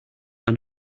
are